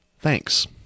Thanks